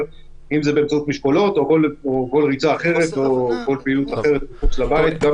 באמצעות משקולות או כל פעילות אחרת מחוץ לבית.